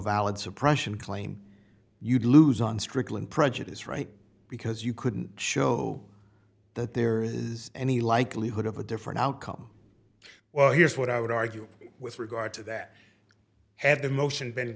suppression claim you'd lose on stricklin prejudice right because you couldn't show that there is any likelihood of a different outcome well here's what i would argue with regard to that have the motion be